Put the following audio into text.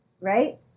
right